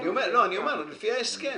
לפי ההסכם.